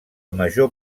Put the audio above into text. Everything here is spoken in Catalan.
major